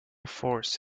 force